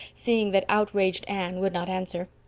seeing that outraged anne would not answer.